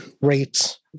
rates